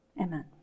amen